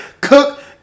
cook